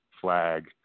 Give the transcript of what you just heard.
flag